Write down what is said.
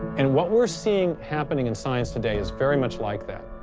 and what we're seeing happening in science today is very much like that.